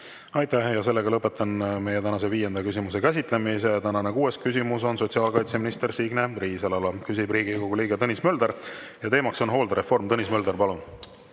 Aitäh! Lõpetan tänase viienda küsimuse käsitlemise. Tänane kuues küsimus on sotsiaalkaitseminister Signe Riisalole. Küsib Riigikogu liige Tõnis Mölder ja teema on hooldereform. Tõnis Mölder, palun!